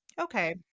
Okay